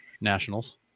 Nationals